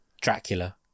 Dracula